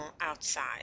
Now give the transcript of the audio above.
outside